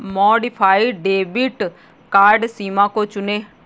modified debit card सीमा को चुनें